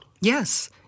Yes